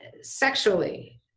sexually